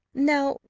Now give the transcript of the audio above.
now,